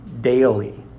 Daily